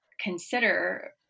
consider